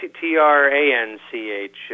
T-R-A-N-C-H